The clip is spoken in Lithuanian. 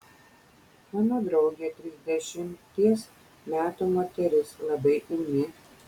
mano draugė trisdešimties metų moteris labai ūmi